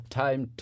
time